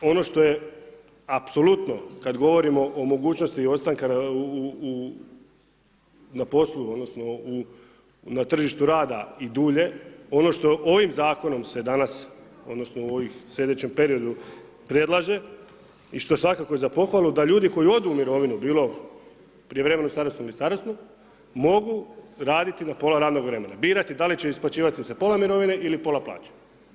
Tako da ono što je apsolutno kad govorim o mogućnosti i ostanka na poslu odnosno na tržištu rada i dulje, ono što ovim zakonom se danas odnosno u ovom slijedećem periodu predlaže i što je svakako za pohvalu, da ljudi koji odu u mirovinu bilo prijevremenu starosnu ili starosnu, mogu raditi na pola radnog vremena, birati da li će isplaćivati za pola mirovine ili pola plaće.